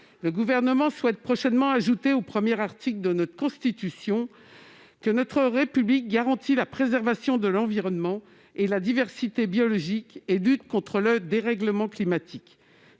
Le Gouvernement souhaite ajouter à l'article 1 de la Constitution que la République garantit la préservation de l'environnement et la diversité biologique et lutte contre le dérèglement climatique.